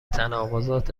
تناقضات